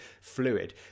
fluid